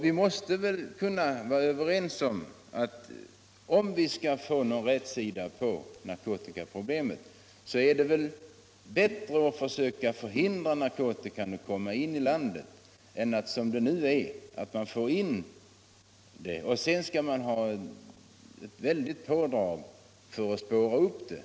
Vi måste väl kunna vara överens om att det, om vi skall få någon rätsida på narkotikaproblemet, är bättre att försöka hindra narkotikan att komma in i landet än att den som = nu är fallet kommer in, varefter man måste göra väldiga pådrag för att = Om åtgärder mot spåra upp den.